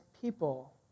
people